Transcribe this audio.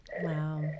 Wow